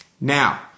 Now